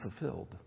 fulfilled